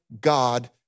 God